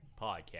podcast